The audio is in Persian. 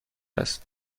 است